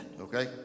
okay